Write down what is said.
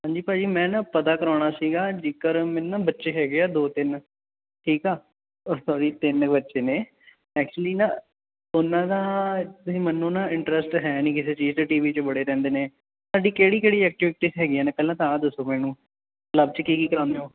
ਹਾਂਜੀ ਭਾਅ ਜੀ ਮੈਂ ਨਾ ਪਤਾ ਕਰਾਉਣਾ ਸੀਗਾ ਜੇਕਰ ਮੈਨੂੰ ਨਾ ਬੱਚੇ ਹੈਗੇ ਆ ਦੋ ਤਿੰਨ ਠੀਕ ਆ ਓ ਸੌਰੀ ਤਿੰਨ ਬੱਚੇ ਨੇ ਐਕਚੁਲੀ ਨਾ ਉਹਨਾਂ ਦਾ ਤੁਸੀਂ ਮੰਨੋ ਨਾ ਇੰਟਰਸਟ ਹੈ ਨਹੀਂ ਕਿਸੇ ਚੀਜ਼ 'ਤੇ ਟੀ ਵੀ 'ਚ ਬੜੇ ਰਹਿੰਦੇ ਨੇ ਤੁਹਾਡੀ ਕਿਹੜੀ ਕਿਹੜੀ ਐਕਟੀਵਿਟੀਸ ਹੈਗੀਆਂ ਨੇ ਪਹਿਲਾਂ ਤਾਂ ਆਹ ਦੱਸੋ ਮੈਨੂੰ ਕਲੱਬ 'ਚ ਕੀ ਕੀ ਕਰਾਉਂਦੇ ਹੋ